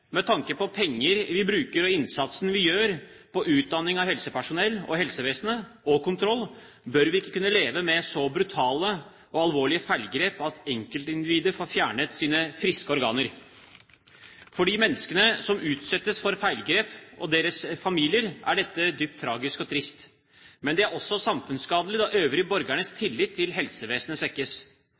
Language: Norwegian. med tanke på de pengene vi bruker på helsevesenet og den innsatsen vi gjør på områder som utdanning av helsepersonell, på kontroll, bør vi ikke kunne leve med så brutale og alvorlige feilgrep at enkeltindivider får fjernet friske organer. For de menneskene som utsettes for feilgrep, og for deres familier, er dette dypt tragisk og trist. Men det er også samfunnsskadelig, og de øvrige borgernes tillit til helsevesenet svekkes.